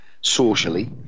socially